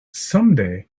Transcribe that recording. someday